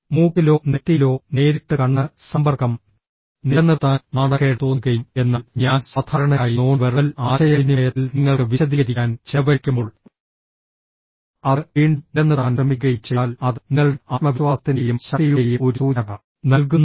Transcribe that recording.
മൂക്കിലോ നെറ്റിയിലോ നേരിട്ട് കണ്ണ് സമ്പർക്കം നിലനിർത്താൻ നാണക്കേട് തോന്നുകയും എന്നാൽ ഞാൻ സാധാരണയായി നോൺ വെർബൽ ആശയവിനിമയത്തിൽ നിങ്ങൾക്ക് വിശദീകരിക്കാൻ ചെലവഴിക്കുമ്പോൾ അത് വീണ്ടും നിലനിർത്താൻ ശ്രമിക്കുകയും ചെയ്താൽ അത് നിങ്ങളുടെ ആത്മവിശ്വാസത്തിന്റെയും ശക്തിയുടെയും ഒരു സൂചന നൽകുന്നു